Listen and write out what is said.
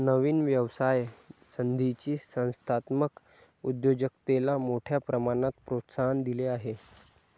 नवीन व्यवसाय संधींनी संस्थात्मक उद्योजकतेला मोठ्या प्रमाणात प्रोत्साहन दिले आहे